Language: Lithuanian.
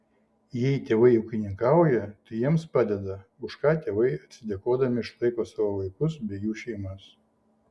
jei tėvai ūkininkauja tai jiems padeda už ką tėvai atsidėkodami išlaiko savo vaikus bei jų šeimas